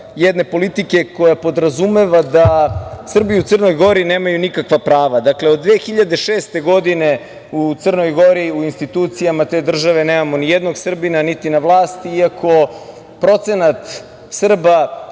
jedne politike koja podrazumeva da Srbi u Crnoj Gori nemaju nikakva prava. Dakle, od 2006. godine u Crnoj Gori, u institucijama te države nemamo nijednog Srbina niti na vlasti, iako procenat Srba